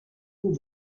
too